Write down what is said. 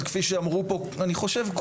כפי שאמרו כולם,